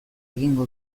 egingo